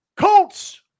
Colts